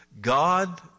God